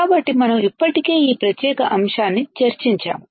కాబట్టి మనం ఇప్పటికే ఈ ప్రత్యేక అంశాన్ని చర్చించాము